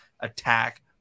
attack